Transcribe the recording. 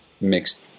mixed